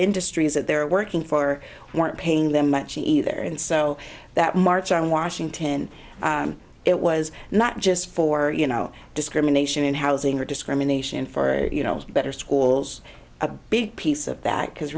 industries that they're working for weren't paying them much either and so that march on washington it was not just for you know discrimination in housing or discrimination for you know better schools a big piece of that because